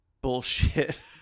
bullshit